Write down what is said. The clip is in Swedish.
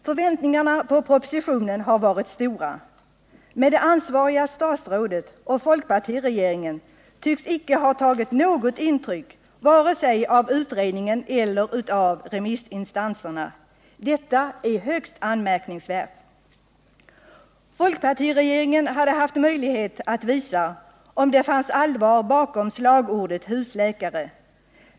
Förväntningarna på propositionen har varit stora. Men det ansvariga statsrådet och folkpartiregeringen tycks inte ha tagit något intryck vare sig av utredningen eller av remissinstanserna. Detta är högst anmärkningsvärt. Folkpartiregeringen hade haft möjlighet att visa om det fanns allvar bakom slagordet ”husläkare”.